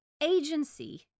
agency